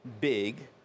big